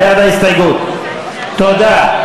תודה.